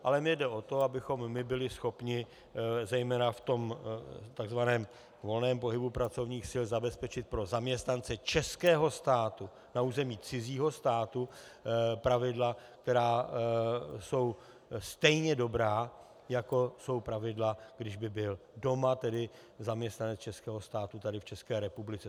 Ale jde o to, abychom byli schopni zejména ve volném pohybu pracovních sil zabezpečit pro zaměstnance českého státu na území cizího státu pravidla, která jsou stejně dobrá, jako jsou pravidla, kdyby byl doma, tedy zaměstnanec českého státu v České republice.